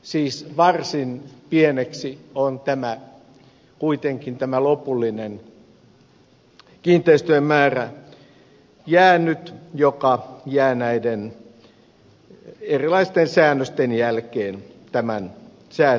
siis varsin pieneksi on kuitenkin jäänyt lopullinen kiinteistöjen määrä joka jää näiden erilaisten säännösten jälkeen tämän sääntelyn piiriin